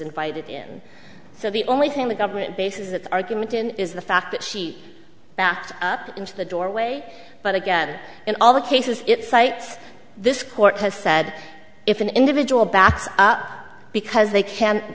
invited in so the only thing the government bases its argument in is the fact that she backed up into the doorway but again in all the cases it cites this court has said if an individual backs up because they can